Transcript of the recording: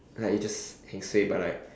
like you just heng suay but like